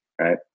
right